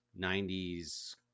90s